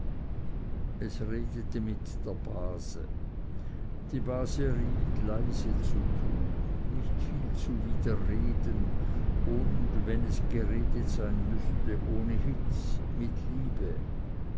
es redete mit der base die base riet leise zu tun nicht viel zu widerreden und wenn es geredet sein müßte ohne hitz mit liebe